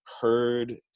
heard